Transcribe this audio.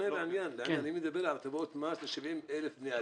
אני מדבר על הטבות מס ל-70,000 בני אדם.